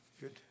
good